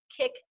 kick